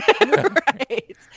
Right